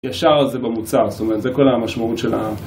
ישר זה במוצר, זאת אומרת, זה כל המשמעות של ה...